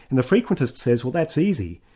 and the frequentist says, well that's easy,